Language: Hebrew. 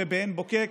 ובעין בוקק,